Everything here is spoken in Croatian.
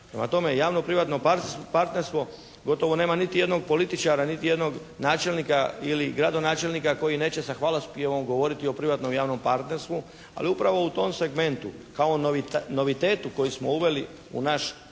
Prema tome, javno-privatno partnerstvo gotovo nema niti jednog političara, niti jednog načelnika ili gradonačelnika koji neće sa hvalospjevom govoriti o privatno-javnom partnerstvu. Ali upravo u tom segmentu, kao novitetu koji smo uveli u naš pravni